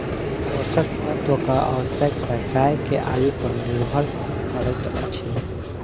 पोषक तत्वक आवश्यकता गाय के आयु पर निर्भर करैत अछि